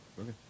okay